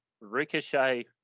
ricochet